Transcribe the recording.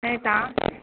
ऐं तव्हां